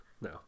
no